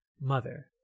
mother